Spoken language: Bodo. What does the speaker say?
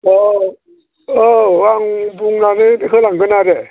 औ औ आं बुंनानै होलांगोन आरो